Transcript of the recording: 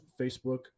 facebook